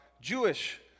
Jewish